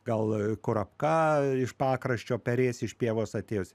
gal kurapka iš pakraščio perės iš pievos atėjus